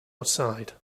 outside